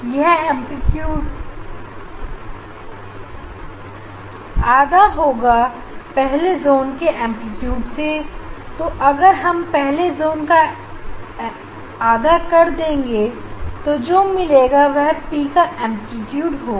यह एंप्लीट्यूड आधा होगा पहले जून के एंप्लीट्यूड से तू अगर हम पहले जून का आधा कर देंगे तो जो मिलेगा वह पी का एंप्लीट्यूड होगा